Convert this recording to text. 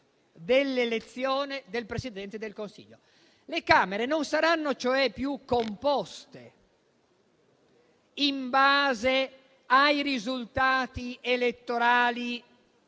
dell'elezione del Presidente del Consiglio. Le Camere non saranno cioè più composte in base ai risultati elettorali